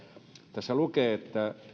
tässä lukee että